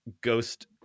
ghost –